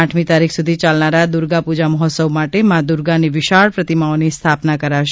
આઠમી તારીખ સુધી યાલનારા દુર્ગાપૂજા મહોત્સવ માટે મા દુર્ગાની વિશાળ પ્રતિમાઓની સ્થાપના કરાશે